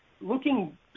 looking